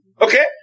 Okay